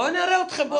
בוא נראה אתכם.